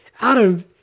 Adam